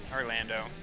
Orlando